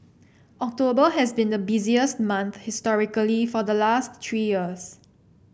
October has been the busiest month historically for the last three years